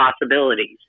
possibilities